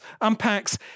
unpacks